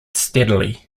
steadily